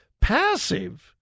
Passive